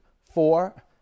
four